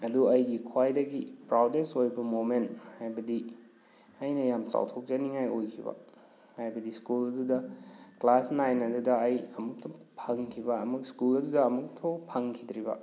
ꯑꯗꯨ ꯑꯩꯒꯤ ꯈ꯭ꯋꯥꯏꯗꯒꯤ ꯄ꯭ꯔꯥꯎꯗꯦꯁ ꯑꯣꯏꯕ ꯃꯣꯃꯦꯟ ꯍꯥꯏꯕꯗꯤ ꯑꯩꯅ ꯌꯥꯝ ꯆꯥꯎꯊꯣꯛꯆꯅꯤꯡꯉꯥꯏ ꯑꯣꯏꯈꯤꯕ ꯍꯥꯏꯕꯗꯤ ꯁ꯭ꯀꯨꯜꯗꯨꯗ ꯀ꯭ꯂꯥꯁ ꯅꯥꯏꯟ ꯑꯗꯨꯗ ꯑꯩ ꯑꯃꯨꯛꯇꯪ ꯐꯪꯈꯤꯕ ꯑꯃꯨꯛ ꯁ꯭ꯀꯨꯜ ꯑꯗꯨꯗ ꯑꯃꯨꯛꯐꯥꯎ ꯐꯪꯈꯤꯗ꯭ꯔꯤꯕ